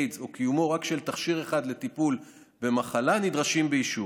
איידס או קיומו רק של תכשיר אחד לטיפול במחלה נדרשים באישור,